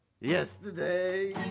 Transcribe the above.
Yesterday